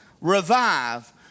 revive